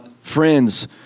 friends